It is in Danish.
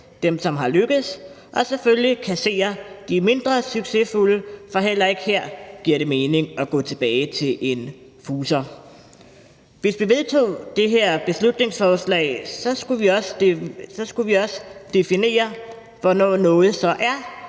permanente, og selvfølgelig kassere de mindre succesfulde, for heller ikke her giver det mening at gå tilbage til en fuser. Hvis vi vedtog det her beslutningsforslag, skulle vi også definere, hvornår noget så er